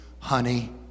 Honey